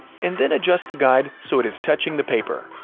and then adjust the guide so it is touching the paper.